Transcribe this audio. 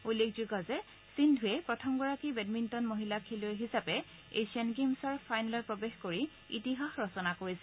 উল্লেখযোগ্য যে সিন্ধুৰে প্ৰথমগৰাকী বেডমিণ্টন মহিলা খেলুৱৈ হিচাপে এছিয়ান গেমছৰ ফাইনেলত প্ৰৱেশ কৰি ইতিহাস ৰচনা কৰিছে